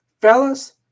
fellas